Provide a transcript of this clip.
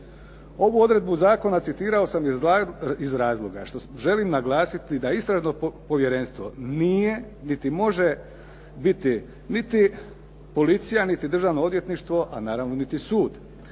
Ovu odredbu zakona citirao sam iz razloga što želim naglasiti da istražno povjerenstvo nije niti može biti policija, niti državno odvjetništvo, a naravno niti sud.